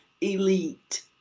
elite